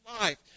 life